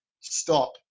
Stop